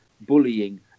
bullying